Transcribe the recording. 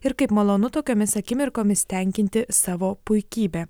ir kaip malonu tokiomis akimirkomis tenkinti savo puikybę